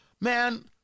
Man